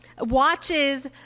watches